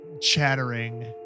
Chattering